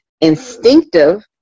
instinctive